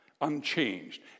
unchanged